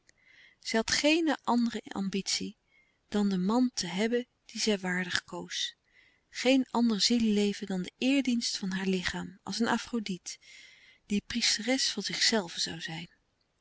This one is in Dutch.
had geene andere ambitie dan den man te hebben dien zij waardig koos geen ander zieleleven dan de eeredienst van haar lichaam als een afrodite die priesteres van zichzelve zoû zijn